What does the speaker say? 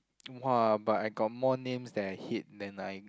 !wah! but I got more names that I hate than I